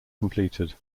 completed